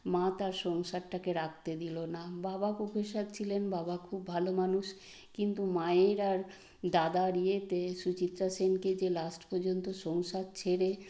মা তার সংসারটাকে রাখতে দিলো না বাবা প্রোফেসার ছিলেন বাবা খুব ভালো মানুষ কিন্তু মায়ের আর দাদার ইয়েতে সুচিত্রা সেনকে যে লাস্ট পর্যন্ত সংসার ছেড়ে